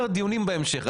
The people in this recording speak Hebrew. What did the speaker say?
דיונים בהמשך,